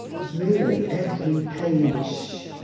really, every page